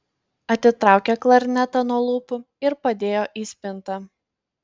atitraukė klarnetą nuo lūpų ir padėjo į spintą